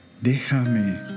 Déjame